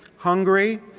hungry,